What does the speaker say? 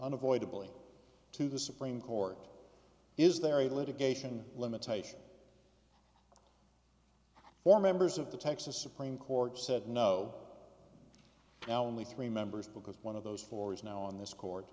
unavoidably to the supreme court is there a litigation limitation for members of the texas supreme court said no now only three members because one of those four is now in this court